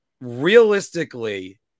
realistically